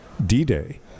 d-day